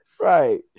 Right